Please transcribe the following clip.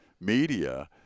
media